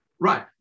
Right